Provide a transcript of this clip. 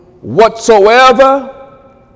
Whatsoever